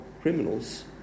criminals